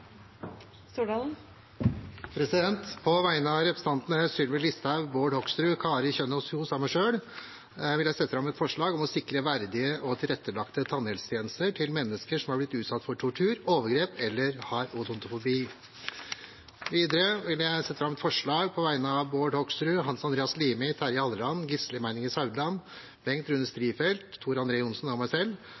På vegne av representantene Sylvi Listhaug, Bård Hoksrud, Kari Kjønaas Kjos og meg selv vil jeg sette fram et forslag om å sikre verdige og tilrettelagte tannhelsetjenester til mennesker som har blitt utsatt for tortur, overgrep eller har odontofobi. Videre vil jeg sette fram forslag på vegne av Bård Hoksrud, Hans Andreas Limi, Terje Halleland, Gisle Meininger Saudland, Bengt Rune Strifeldt, Tor André Johnsen og meg selv